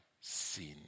sin